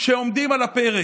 שעומדים על הפרק.